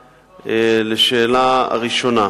1. לשאלה הראשונה,